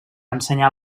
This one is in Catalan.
ensenyar